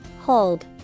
Hold